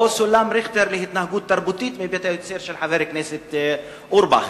או סולם ריכטר להתנהגות תרבותית מבית-היוצר של חבר הכנסת אורבך.